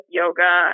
yoga